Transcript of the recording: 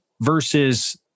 versus